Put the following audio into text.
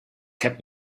kept